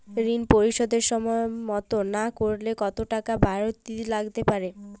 ঋন পরিশোধ সময় মতো না করলে কতো টাকা বারতি লাগতে পারে?